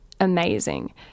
amazing